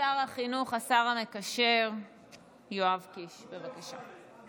החינוך והשר המקשר יואב קיש, בבקשה.